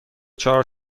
چهار